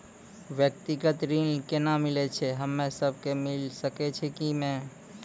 व्यक्तिगत ऋण केना मिलै छै, हम्मे सब कऽ मिल सकै छै कि नै?